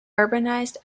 urbanized